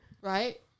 right